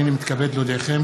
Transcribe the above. הנני מתכבד להודיעכם,